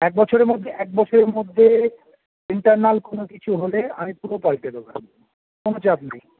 এক বছরের মধ্যে এক বছরের মধ্যে ইন্টারনাল কোনো কিছু হলে আমি পুরো পালটে দেবো কোনো চাপ নেই